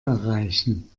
erreichen